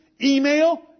email